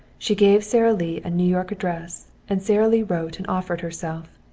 she gave sara lee a new york address, and sara lee wrote and offered herself.